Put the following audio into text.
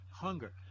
hunger